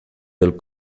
del